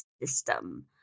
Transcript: system